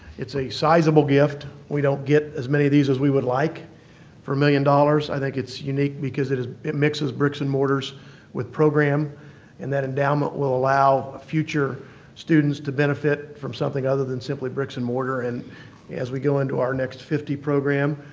it's a sizeable gift. we don't get as many of these as we would like for a million dollars. i think it's unique because it mixes bricks and mortar with program and that endowment will allow future students to benefit from something other than simply bricks and mortar and as we go into our next fifty program,